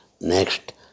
Next